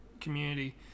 community